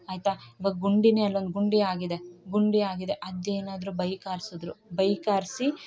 ಆಯ್ತಾ ಇವಾಗ ಗುಂಡಿ ಅಲ್ಲೊಂದು ಗುಂಡಿ ಆಗಿದೆ ಗುಂಡಿ ಆಗಿದೆ ಅದೇನಾದ್ರು ಬೈಕ್ ಹಾರ್ಸಿದ್ರು ಬೈಕ್ ಹಾರ್ಸಿ